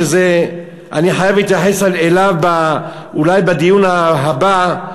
אני חייב להתייחס אליו אולי בדיון הבא,